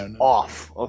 off